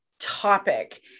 topic